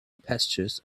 pastures